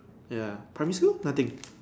ya primary school nothing